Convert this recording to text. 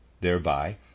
thereby